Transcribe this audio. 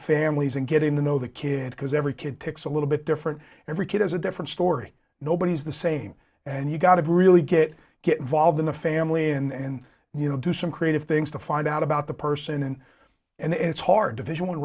families and getting to know the kid because every kid takes a little bit different every kid has a different story nobody's the same and you got to really get get involved in the family and you know do some creative things to find out about the person and and it's hard